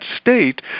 state